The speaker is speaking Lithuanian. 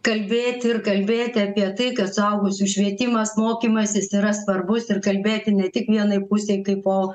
kalbėti ir kalbėti apie tai kad suaugusiųjų švietimas mokymasis yra svarbus ir kalbėti ne tik vienai pusei kaip po